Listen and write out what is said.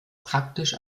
praktisch